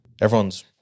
Everyone's